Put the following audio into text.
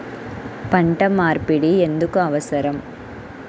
పంట మార్పిడి ఎందుకు అవసరం?